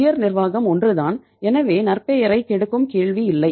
உயர் நிர்வாகம் ஒன்றுதான் எனவே நற்பெயரைக் கெடுக்கும் கேள்வி இல்லை